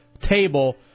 table